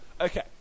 Okay